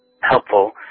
helpful